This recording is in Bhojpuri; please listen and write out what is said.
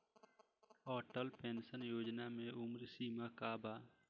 अटल पेंशन योजना मे उम्र सीमा का बा?